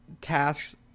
tasks